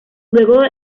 luego